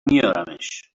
میارمش